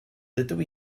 dydw